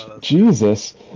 Jesus